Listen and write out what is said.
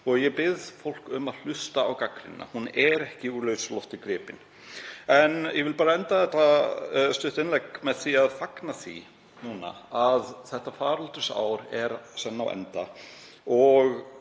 Ég bið fólk um að hlusta á gagnrýnina, hún er ekki úr lausu lofti gripin. Ég vil bara enda þetta stutta innlegg á því að fagna því að þetta faraldursár er senn á enda og